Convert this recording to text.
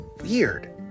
weird